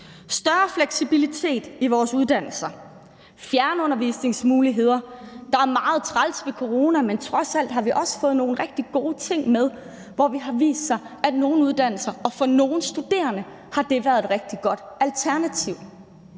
større fleksibilitet i vores uddannelser og fjernundervisningsmuligheder. Der har været meget, der var træls ved corona, men vi har trods alt også fået nogle rigtig gode ting med, for det har vist sig, at det ved nogle uddannelser og for nogle studerende har været et rigtig godt alternativ.